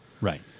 Right